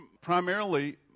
Primarily